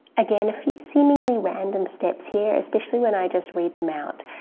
again, a few seemingly random steps here, especially when i just read them out.